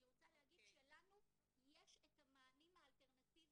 אני רוצה להגיד שלנו יש את המענים האלטרנטיביים